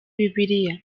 bibiliya